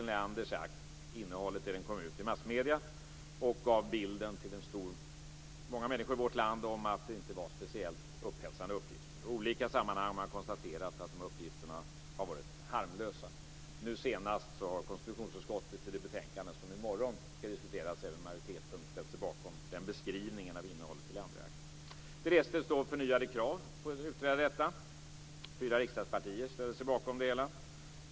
Innehållet i Torsten Leanders akt kom ut i massmedierna. Det gav bilden till många människor i vårt land av att den inte innehöll speciellt upphetsande uppgifter. I olika sammanhang har man konstaterat att uppgifterna är harmlösa. I det betänkande som i morgon skall diskuteras har även majoriteten i konstitutionsutskottet ställt sig bakom den beskrivningen av innehållet i Det restes då förnyade krav på en utredning av detta. Fyra riksdagspartier ställde sig bakom det hela.